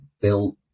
built